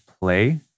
play